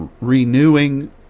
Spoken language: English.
renewing